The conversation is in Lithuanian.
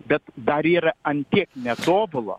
bet dar yra ant kiek netobula